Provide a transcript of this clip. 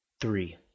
three